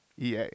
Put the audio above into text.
EA